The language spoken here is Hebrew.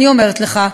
אני אומרת לך,